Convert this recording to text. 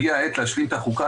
הגיעה העת להשלים את החוקה,